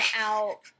out